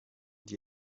die